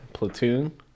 Platoon